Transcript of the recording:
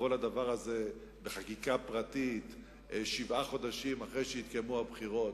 לטפל בדבר הזה בחקיקה פרטית שבעה חודשים אחרי שהתקיימו הבחירות.